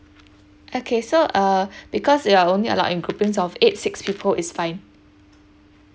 okay so uh because you are only allowed in groupings of eight six people is fine